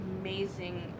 amazing